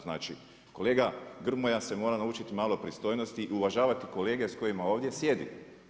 Znači, kolega Grmoja se mora naučiti malo pristojnosti i uvažavati kolege s kojima ovdje sjedi.